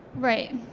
right.